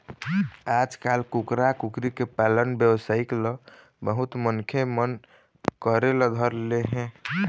आजकाल कुकरा, कुकरी के पालन बेवसाय ल बहुत मनखे मन करे ल धर ले हे